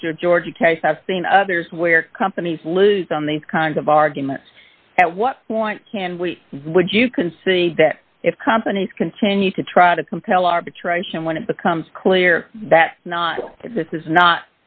district georgia case i've seen others where companies lose on these kinds of arguments at what point can we would you concede that if companies continue to try to compel arbitration when it becomes clear that not this is not